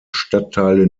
stadtteile